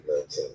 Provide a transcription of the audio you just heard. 19